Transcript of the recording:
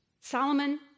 Solomon